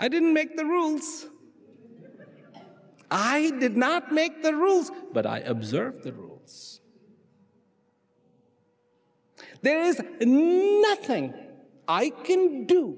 i didn't make the rules i did not make the rules but i observe the rules there is a move nothing i can do